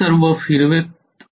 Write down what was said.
हे सर्व फिरवत